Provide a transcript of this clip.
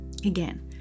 Again